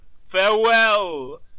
farewell